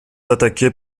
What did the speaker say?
attaqués